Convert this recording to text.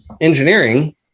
engineering